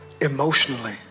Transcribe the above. emotionally